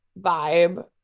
vibe